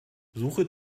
suche